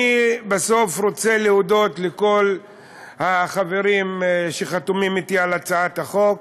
אני בסוף רוצה להודות לכל החברים שחתומים אתי על הצעת החוק,